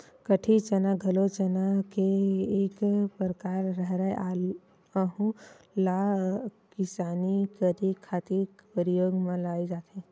कटही चना घलो चना के एक परकार हरय, अहूँ ला किसानी करे खातिर परियोग म लाये जाथे